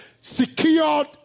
Secured